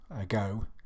ago